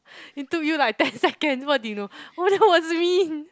it took you like ten seconds what do you know that was mean